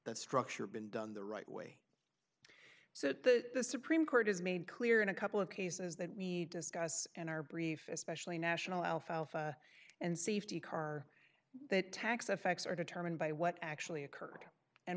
the structure been done the right way so that the the supreme court has made clear in a couple of cases that we discuss in our brief especially national alfalfa and safety car that tax effects are determined by what actually occurred and